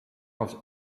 was